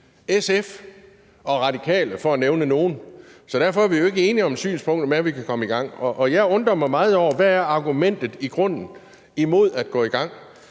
med disse forhandlinger. Så derfor er vi jo ikke enige om synspunktet om, at vi kan komme i gang. Jeg undrer mig meget over, hvad argumentet i grunden er imod at gå i gang.